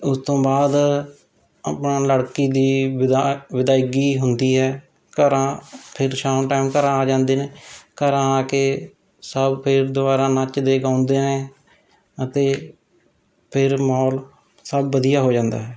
ਉਸ ਤੋਂ ਬਾਅਦ ਆਪਣਾ ਲੜਕੀ ਦੀ ਵਿਦਾ ਵਿਦਾਇਗੀ ਹੁੰਦੀ ਹੈ ਘਰਾਂ ਫਿਰ ਸ਼ਾਮ ਟਾਈਮ ਘਰ ਆ ਜਾਂਦੇ ਨੇ ਘਰ ਆ ਕੇ ਸਭ ਫਿਰ ਦੁਬਾਰਾ ਨੱਚਦੇ ਗਾਉਂਦੇ ਨੇ ਅਤੇ ਫਿਰ ਮਾਹੌਲ ਸਭ ਵਧੀਆ ਹੋ ਜਾਂਦਾ ਹੈ